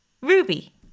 Ruby